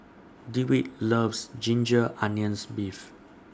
Dewitt loves Ginger Onions Beef